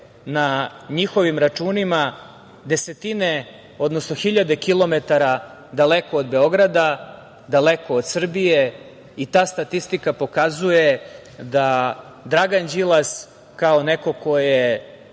na njihovim računima desetine, odnosno hiljade kilometara daleko od Beograda, daleko od Srbije i ta statistika pokazuje da Dragan Đilas, kao neko ko je